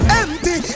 empty